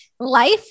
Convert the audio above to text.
Life